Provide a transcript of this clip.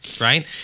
right